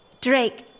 Drake